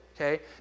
okay